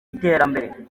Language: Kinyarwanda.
iterambere